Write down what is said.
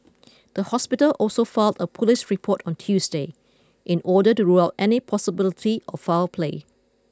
the hospital also filed a police report on Tuesday in order to rule out any possibility of foul play